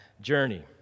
journey